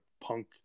punk